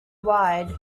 wide